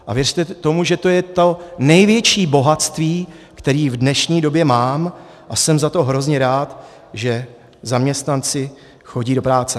A věřte tomu, že to je to největší bohatství, které v dnešní době mám, a jsem za to hrozně rád, že zaměstnanci chodí do práce.